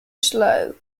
slow